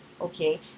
okay